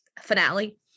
finale